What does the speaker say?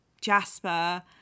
jasper